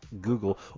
Google